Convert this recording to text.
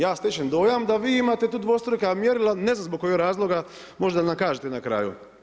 Ja stječem dojam da vi imate tu dvostruka mjerila, ne znam zbog kojeg razloga, možda nam kažete na kraju.